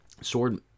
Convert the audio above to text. sword